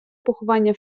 поховання